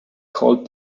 called